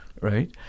right